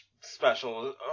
special